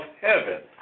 heaven